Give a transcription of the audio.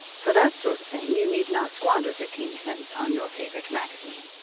for that sort of thing you need not squander fifteen cents on your favorite magazine.